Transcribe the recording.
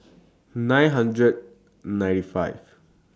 nine hundred ninety five